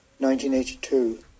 1982